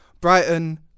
Brighton